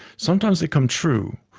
sometimes they come true,